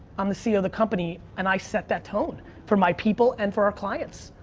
i'm the ceo of the company and i set that tone for my people and for our clients.